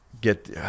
Get